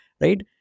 right